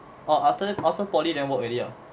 orh after after poly then work already ah